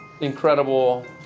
incredible